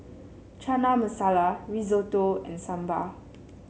Chana Masala Risotto and Sambar